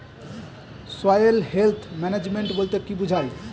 Soil health management বলতে কি বুঝায়?